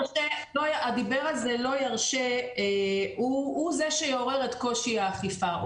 הדיבר הזה "לא ירשה" הוא זה שיעורר את קושי האכיפה.